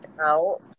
out